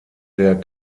der